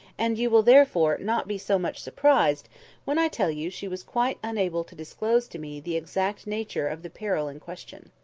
and you will therefore not be so much surprised when i tell you she was quite unable to disclose to me the exact nature of the peril in question.